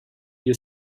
your